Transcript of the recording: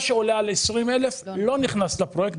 מה שעולה על 20 אלף לא נכנס לפרויקט.